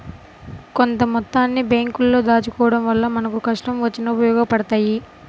కొంత మొత్తాన్ని బ్యేంకుల్లో దాచుకోడం వల్ల మనకు కష్టం వచ్చినప్పుడు ఉపయోగపడతయ్యి